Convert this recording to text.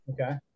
Okay